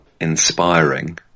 inspiring